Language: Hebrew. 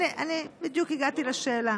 אני בדיוק הגעתי לשאלה.